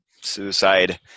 suicide